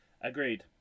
Agreed